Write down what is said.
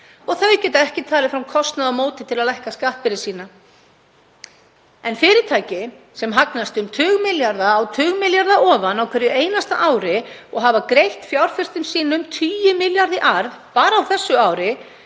og þau geta ekki talið fram kostnað á móti til að lækka skattbyrði sína. En fyrirtæki sem hagnast um tugmilljarða á tugmilljarða ofan á hverju einasta ári, og hafa greitt fjárfestum sínum tugi milljarða í arð bara á þessu ári,